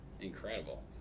incredible